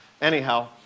Anyhow